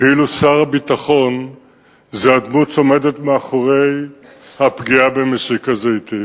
כאילו שר הביטחון הוא הדמות שעומדת מאחורי הפגיעה במסיק הזיתים.